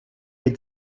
est